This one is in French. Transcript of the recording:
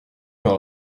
pain